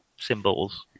symbols